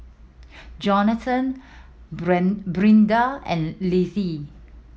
Johnathon Brinda and Littie